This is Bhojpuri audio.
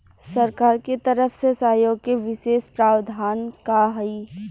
सरकार के तरफ से सहयोग के विशेष प्रावधान का हई?